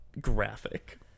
Graphic